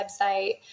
website